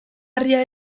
harria